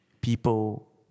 people